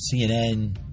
CNN